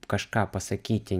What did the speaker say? kažką pasakyti